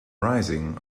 rising